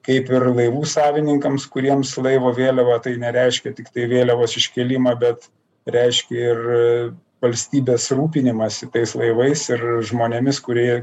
kaip ir laivų savininkams kuriems laivo vėliava tai nereiškia tiktai vėliavos iškėlimą bet reiškia ir valstybės rūpinimąsi tais laivais ir žmonėmis kurie